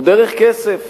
הוא דרך כסף.